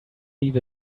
leave